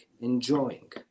enjoying